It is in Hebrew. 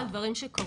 אלה דברים שקרו,